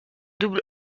double